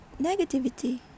negativity